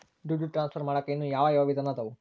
ದುಡ್ಡು ಟ್ರಾನ್ಸ್ಫರ್ ಮಾಡಾಕ ಇನ್ನೂ ಯಾವ ಯಾವ ವಿಧಾನ ಅದವು?